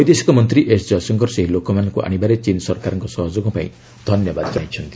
ବୈଦେଶିକମନ୍ତ୍ରୀ ଏସ୍ ଜୟଶଙ୍କର ସେହି ଲୋକମାନଙ୍କ ଆଶିବାରେ ଚୀନ ସରକାରଙ୍କ ସହଯୋଗ ପାଇଁ ଧନ୍ୟବାଦ ଜଣାଇଛନ୍ତି